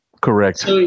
Correct